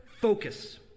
focus